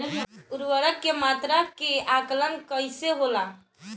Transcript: उर्वरक के मात्रा के आंकलन कईसे होला?